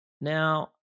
Now